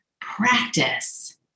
practice